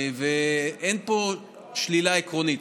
אין פה שלילה עקרונית,